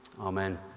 Amen